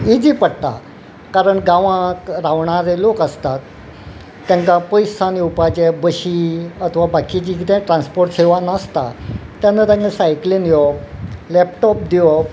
easy पडटा कारण गांवांक रावणारे लोक आसतात तेंका पयसान येवपाचे बशी अथवा कितें ट्रान्सपोर्ट सेवा नासता तेन्ना तेंका सायकलीन येवप लॅपटॉप दिवोप